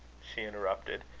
she interrupted,